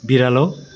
बिरालो